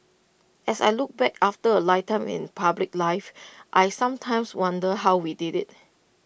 as I look back after A lifetime in public life I sometimes wonder how we did IT